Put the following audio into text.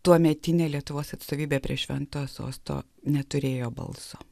tuometinė lietuvos atstovybė prie šventojo sosto neturėjo balso